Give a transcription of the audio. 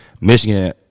Michigan